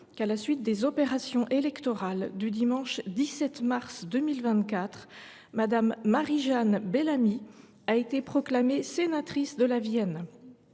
que, à la suite des opérations électorales du dimanche 17 mars 2024, Mme Marie Jeanne Bellamy a été proclamée sénatrice de la Vienne.